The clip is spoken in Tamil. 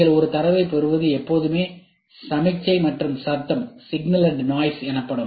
நீங்கள் ஒரு தரவைப் பெறுவது எப்போதுமே சமிக்ஞை மற்றும் சத்தம் எனப்படும்